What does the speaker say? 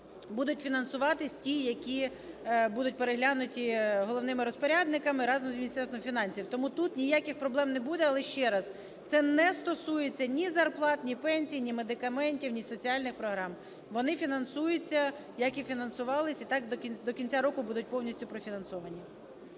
будуть фінансуватися, ті, які будуть переглянуті головними розпорядниками разом з Міністерством фінансів. Тому тут ніяких проблем не буде. Але ще раз, це не стосується ні зарплат, ні пенсій, ні медикаментів, ні соціальних програм. Вони фінансуються, які і фінансувались, і так до кінця року будуть повністю профінансовані.